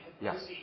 Yes